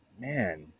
Man